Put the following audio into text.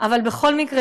אבל בכל מקרה,